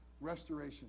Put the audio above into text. restoration